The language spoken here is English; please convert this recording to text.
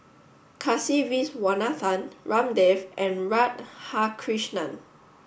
Kasiviswanathan Ramdev and Radhakrishnan